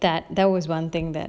that that was one thing that